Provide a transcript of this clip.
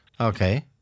Okay